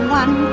one